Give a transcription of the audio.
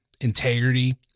integrity